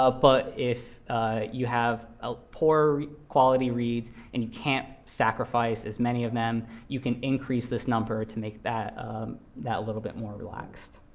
ah but if you have ah poor quality reads, and you can't sacrifice as many of them, you can increase this number to make that that a little bit more relaxed.